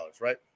right